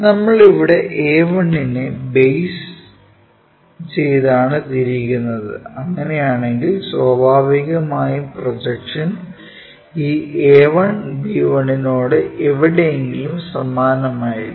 നമ്മൾ ഇവിടെ a1 നെ ബേസ് ചെയ്താണ് തിരിക്കുന്നത് അങ്ങനെയാണെങ്കിൽ സ്വാഭാവികമായും പ്രൊജക്ഷൻ ഈ a1 b1 നോട് എവിടെയെങ്കിലും സമാനമായിരിക്കും